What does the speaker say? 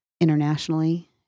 Internationally